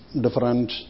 different